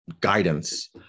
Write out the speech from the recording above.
guidance